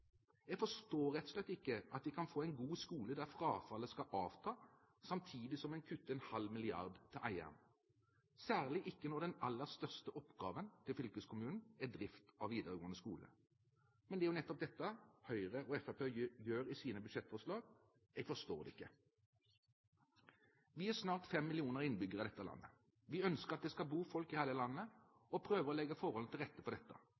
Jeg forstår rett og slett ikke at vi kan få en god skole der frafallet skal avta, samtidig som en kutter en halv milliard kr til eieren – særlig ikke når den aller største oppgaven til fylkeskommunen er drift av videregående skole. Det er nettopp dette Høyre og Fremskrittspartiet gjør i sine budsjettforslag. Jeg forstår det ikke. Vi er snart 5 millioner innbyggere i dette landet. Vi ønsker at det skal bo folk i hele landet og prøver å legge forholdene til rette for dette.